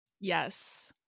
Yes